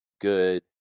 good